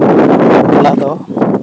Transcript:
ᱵᱟᱯᱞᱟ ᱫᱚ